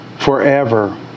forever